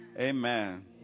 Amen